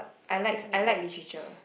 I like I like Literature